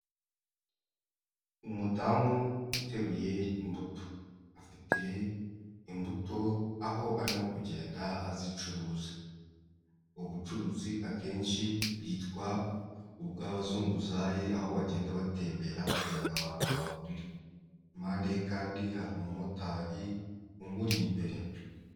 Umudamu uteruye imbuto afite imbuto aho arimo kugenda azicuruza. ubucuruzi akenshi bwitwa ubw'abazunguzayi, aho bagenda batembera kugira ngo abantu babagurire. Impande ye kandi hari umumotari, umuri imbere.